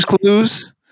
clues